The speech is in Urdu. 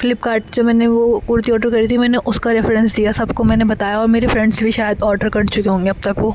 فلپ کارٹ جو میں نے وہ کرتی آڈر کری تھی میں نے اس کا ریفرینس دیا سب کو میں نے بتایا اور میری فرینڈس بھی شاید آڈر کر چکے ہوں گی اب تک وہ